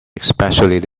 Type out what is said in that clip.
especially